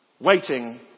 waiting